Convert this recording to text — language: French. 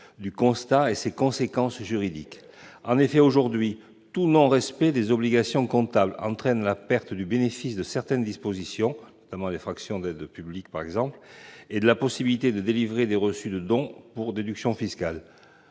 du constat et ses conséquences juridiques. Aujourd'hui, tout non-respect des obligations comptables entraîne la perte du bénéfice de certaines dispositions, les fractions des aides publiques par exemple, et de la possibilité de délivrer des reçus de dons pour déduction fiscale